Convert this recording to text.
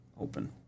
open